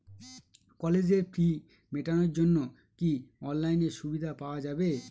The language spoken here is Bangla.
কলেজের ফি মেটানোর জন্য কি অনলাইনে সুবিধা পাওয়া যাবে?